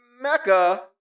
Mecca